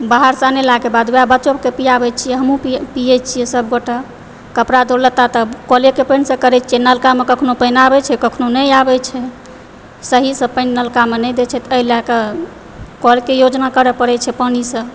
बाहरसँ अनैलाके बाद ओएह बच्चो आरके पीआबए छिऐ हमहुँ पीऐ छिऐ सब गोटा कपड़ा लत्ता तऽ कलेके पानिसंँ करए छिऐ नलकामे कखनो पानि आबै छै कखनो नहि आबए छै सहीसंँ पानि नलकामे नहि दए छै तहि लऽकऽ कलके योजना करए पड़ै छै पानिसंँ